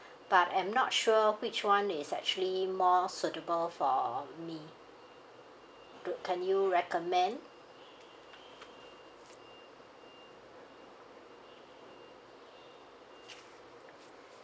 but I'm not sure which one is actually more suitable for me do can you recommend